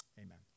Amen